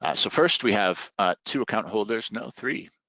ah so first we have two account holders, no three.